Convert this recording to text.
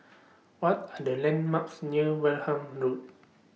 What Are The landmarks near Wareham Road